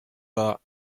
that